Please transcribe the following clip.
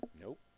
Nope